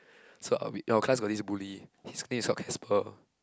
so I'll be our class got this bully his name is called Casper